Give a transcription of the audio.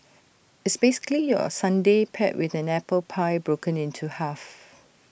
it's basically your sundae paired with an apple pie broken into half